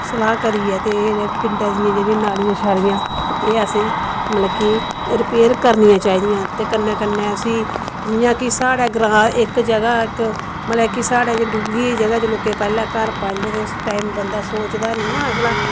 सलाह् करिऐ ते जेह्ड़े पिण्डे दिआं जेह्ड़ियां नालिआं शालिआं न एह् असैं मतलव कि रिपेयर करनियां चाहिदिआं ते कन्नै कन्नै उस्सी जिआं कि साढ़े ग्रां इक जगह इक मतलव जेह्की साढ़ै डूह्गियें जगह् च लोकें पैह्ले घर पाई लेदे उस टैम बंदा सोचदा निं ना